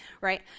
right